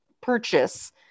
purchase